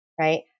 right